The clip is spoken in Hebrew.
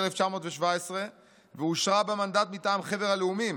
1917 ואושרה במנדט מטעם חבר הלאומים,